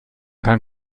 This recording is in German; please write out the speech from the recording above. kann